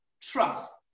trust